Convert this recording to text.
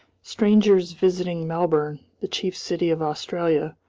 strangers visiting melbourne, the chief city of australia,